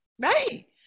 Right